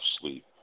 sleep